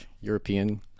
European